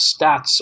stats